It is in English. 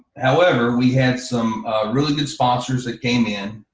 however, we had some really good sponsors that came in,